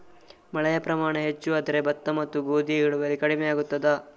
ಮಳೆಯ ಪ್ರಮಾಣ ಹೆಚ್ಚು ಆದರೆ ಭತ್ತ ಮತ್ತು ಗೋಧಿಯ ಇಳುವರಿ ಕಡಿಮೆ ಆಗುತ್ತದಾ?